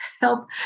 help